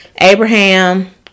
Abraham